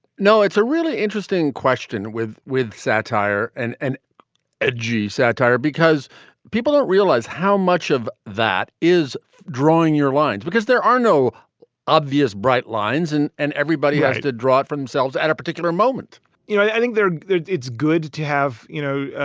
no, it's a really interesting question with with satire and and edgy satire, because people don't realize how much of that is drawing your lines because there are no obvious bright lines. and and everybody has to draw for themselves at a particular moment you know, i think it's good to have, you know,